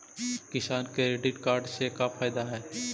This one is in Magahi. किसान क्रेडिट कार्ड से का फायदा है?